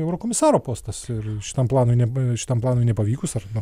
eurokomisaro postas ir šitam planui neb šitam planui nepavykus ar na